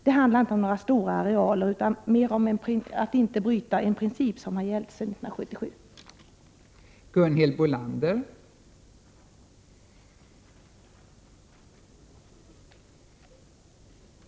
Det handlar inte om några stora arealer utan mer om att inte gå emot en princip som har gällt sedan 1977.